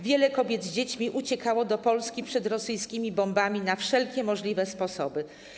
Wiele kobiet z dziećmi uciekało do Polski przed rosyjskimi bombami na wszelkie możliwe sposoby.